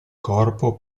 corpo